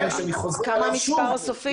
שאני חוזר עליו שוב,